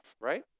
right